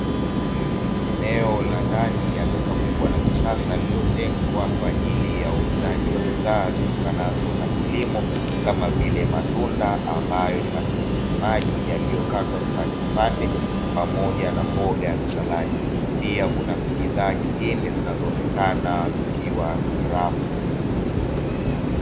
Eneo la ndani ya duka kubwa la kisasa lililotengwa kwa ajili ya uuzaji wa bidhaa zitokanazo na kilimo, kama vile matunda ambayo ni matikiti maji yaliyokatwa vipandevipande pamoja na mboga za saladi. Pia kuna bidhaa zinazoonekana zikiwa kwenye rafu.